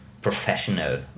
professional